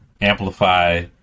amplify